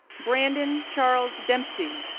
brandon charles dempsey,